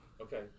Okay